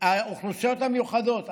שהאוכלוסיות המיוחדות,